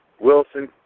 Wilson